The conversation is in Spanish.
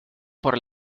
por